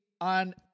on